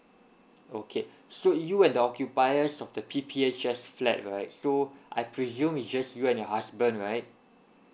okay so you and the occupiers of the P_P_H_S flat right so I presume it just you and your husband right